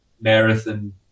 marathon